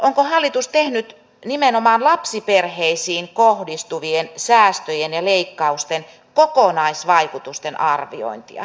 onko hallitus tehnyt nimenomaan lapsiperheisiin kohdistuvien säästöjen ja leikkausten kokonaisvaikutusten arviointia